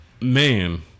Man